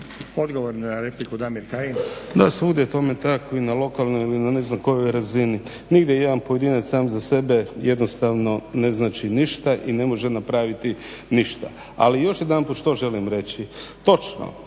Odgovor na repliku Damir Kajin.